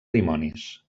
dimonis